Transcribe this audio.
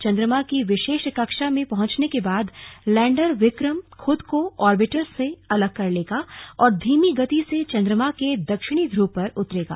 चंद्रमा की विशेष कक्षा में पहुंचने के बाद लैंडर विक्रम खूद को ऑर्बिटर से अलग कर लेगा और धीमी गति से चंद्रमा के दक्षिणी ध्रुव पर उतरेगा